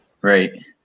Right